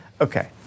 Okay